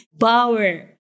power